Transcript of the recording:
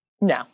No